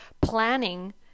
planning